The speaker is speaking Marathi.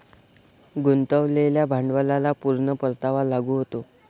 गुंतवलेल्या भांडवलाला पूर्ण परतावा लागू होतो